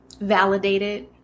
validated